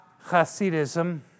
Hasidism